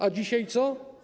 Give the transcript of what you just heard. A dzisiaj co?